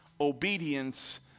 obedience